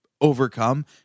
overcome